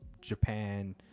Japan